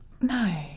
No